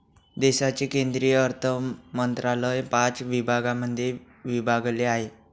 देशाचे केंद्रीय अर्थमंत्रालय पाच विभागांमध्ये विभागलेले आहे